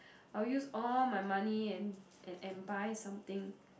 I'll use all my money and and buy something